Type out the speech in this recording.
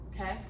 okay